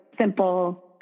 simple